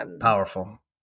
powerful